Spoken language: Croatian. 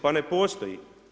Pa ne postoji.